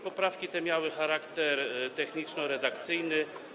Poprawki te miały charakter techniczno-redakcyjny.